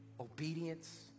Obedience